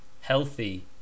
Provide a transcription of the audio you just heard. Healthy